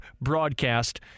broadcast